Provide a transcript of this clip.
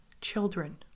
children